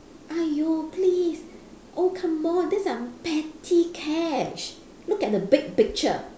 !aiyo! please oh come on these are petty cash look at the big picture